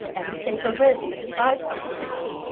and to take a risk and try something new,